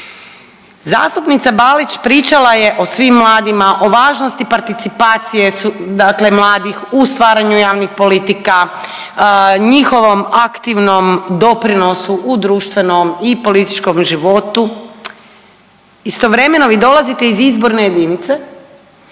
Zastupnica Balić pričala je o svim mladima, o važnosti participacije, dakle mladih u stvaranju javnih politika, njihovom aktivnom doprinosu u društvenom i političkom životu. Istovremeno, vi dolazite iz izborne jedinice